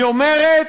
היא אומרת: